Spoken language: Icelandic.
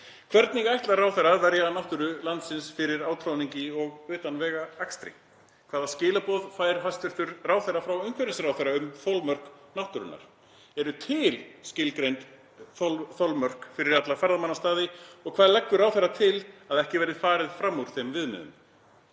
Hvernig ætlar ráðherra að verja náttúru landsins fyrir átroðningi og utanvegaakstri? Hvaða skilaboð fær hæstv. ráðherra frá umhverfisráðherra um þolmörk náttúrunnar? Eru til skilgreind þolmörk fyrir alla ferðamannastaði og hvað leggur ráðherra til til að ekki verði farið fram úr þeim viðmiðum?